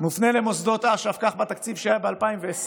מופנה למוסדות אש"ף, כך בתקציב שהיה ב-2020